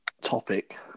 topic